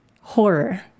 horror